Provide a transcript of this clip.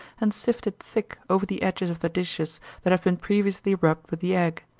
and sift it thick over the edges of the dishes that have been previously rubbed with the egg.